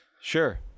Sure